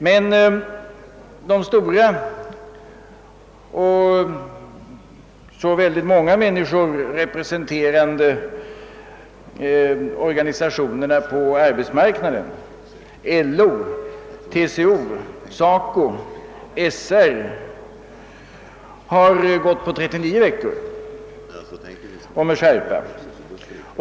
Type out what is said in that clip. Men de stora och så många människor representerande organisationerna på arbetsmarknaden — LO, TCO, SACO och SR — har med skärpa förordat 39 veckor.